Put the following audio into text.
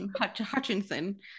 Hutchinson